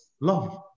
love